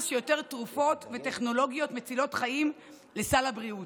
שיותר תרופות וטכנולוגיות מצילות חיים לסל הבריאות.